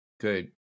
Good